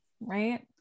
Right